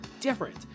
different